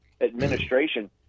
administration